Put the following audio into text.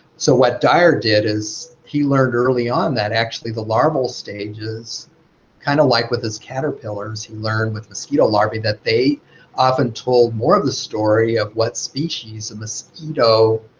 so what dyar did is he learned early on that actually the larval stages kind of like with his caterpillars, he learned with mosquito larvae that they often told more of the story of what species a mosquito